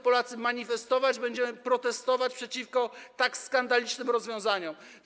Polacy będą manifestować, będziemy protestować przeciwko tak skandalicznym rozwiązaniom.